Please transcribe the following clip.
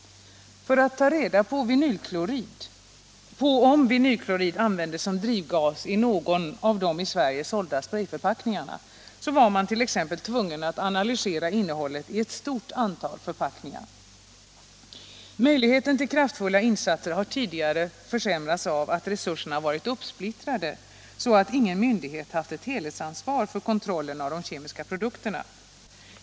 För att ta reda på om vinylklorid användes som drivgas i någon av de i Sverige sålda sprayförpackningarna var man t.ex. tvungen att analysera innehållet i ett stort antal förpackningar. Möjligheten till kraftfulla insatser har tidigare försämrats av att resurserna varit uppsplittrade så att ingen myndighet haft ett helhetsansvar för kontrollen av de kemiska produkterna.